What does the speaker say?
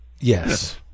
Yes